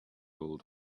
old